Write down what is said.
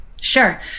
Sure